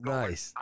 nice